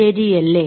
ശരിയല്ലേ